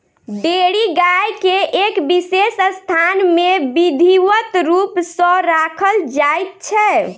dairy गाय के एक विशेष स्थान मे विधिवत रूप सॅ राखल जाइत छै